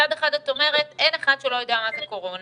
מצד אחד את אומרת שאין אחד שלא יודע מה זה קורונה,